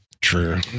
True